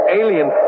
alien